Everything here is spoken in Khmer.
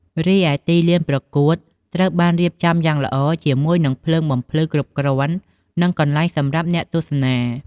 រីឯទីលានប្រកួតត្រូវបានរៀបចំយ៉ាងល្អ ជាមួយនឹងភ្លើងបំភ្លឺគ្រប់គ្រាន់ និងកន្លែងសម្រាប់អ្នកទស្សនា។